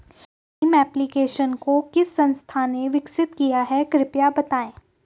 Bhim application को किस संस्था ने विकसित किया है कृपया बताइए?